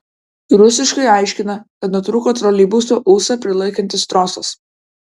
rusiškai aiškina kad nutrūko troleibuso ūsą prilaikantis trosas